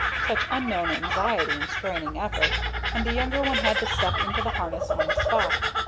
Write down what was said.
such unknown anxiety and straining effort and the younger one had to step into the harness on the spot.